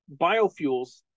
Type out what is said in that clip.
Biofuels